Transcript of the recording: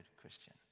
Christian